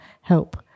help